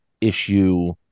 issue